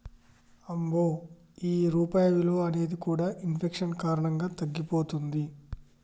అమ్మో ఈ రూపాయి విలువ అనేది కూడా ఇన్ఫెక్షన్ కారణంగా తగ్గిపోతుంది